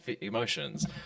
emotions